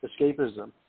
escapism